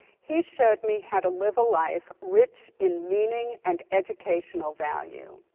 he showed me how to live a life rich in meaning and educational value.